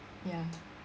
ya